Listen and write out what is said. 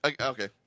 okay